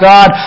God